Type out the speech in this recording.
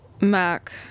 Mac